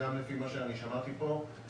גם לפי מה ששמעתי פה,